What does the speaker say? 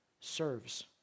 serves